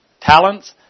talents